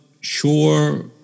sure